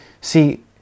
See